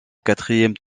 quatrième